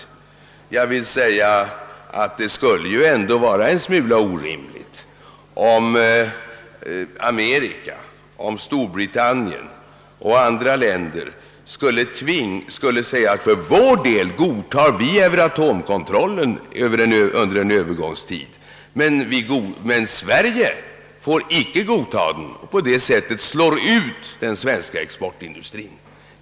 Det skulle ändå vara rätt orimligt, om USA, Storbritannien och andra länder för sin egen del skulle godta Euratomkontrollen under en övergångstid men föreskriva att Sverige icke fick nöja sig med den. På detta sätt skulle man slå ut den svenska exportindustrien.